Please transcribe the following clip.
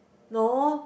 no